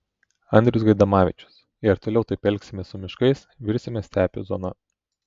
andrius gaidamavičius jei ir toliau taip elgsimės su miškais virsime stepių zona